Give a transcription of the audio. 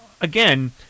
again